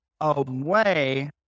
away